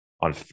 on